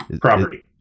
Property